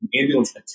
ambulance